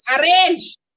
Arrange